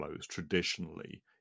traditionally